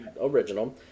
original